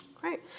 great